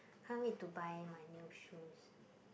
can't wait to buy my new shoes